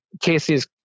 Casey's